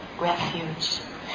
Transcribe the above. refuge